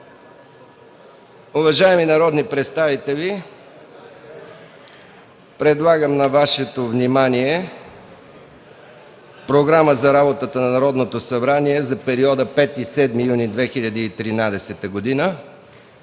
Уважаеми народни представители, предлагам на Вашето внимание Програма за работата на Народното събрание за периода 5-7 юни 2013 г.